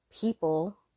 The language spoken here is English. people